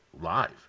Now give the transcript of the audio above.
live